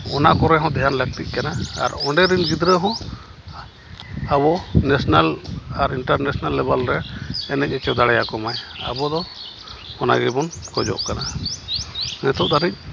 ᱚᱱᱟ ᱠᱚᱨᱮ ᱦᱚᱸ ᱫᱷᱮᱭᱟᱱ ᱞᱟᱹᱠᱛᱤᱜ ᱠᱟᱱᱟ ᱟᱨ ᱚᱸᱰᱮᱨᱮᱱ ᱜᱤᱫᱽᱨᱟᱹ ᱦᱚᱸ ᱟᱵᱚ ᱱᱮᱥᱱᱮᱞ ᱟᱨ ᱤᱱᱴᱟᱨᱱᱮᱥᱱᱮᱞ ᱞᱮᱵᱮᱞ ᱨᱮ ᱮᱱᱮᱡ ᱚᱪᱚ ᱫᱟᱲᱮᱭᱟᱠᱚ ᱢᱟᱭ ᱟᱵᱚ ᱫᱚ ᱚᱱᱟ ᱜᱮᱵᱚᱱ ᱠᱷᱚᱡᱚᱜ ᱠᱟᱱᱟ ᱱᱤᱛᱚᱜ ᱫᱷᱟᱹᱨᱤᱡ